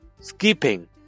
skipping